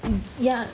ya